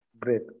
Great